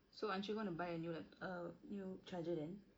so aren't you going to buy a new lapt~ a new charger then